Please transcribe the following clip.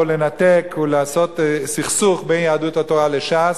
לנתק ולעשות סכסוך בין יהדות התורה לש"ס.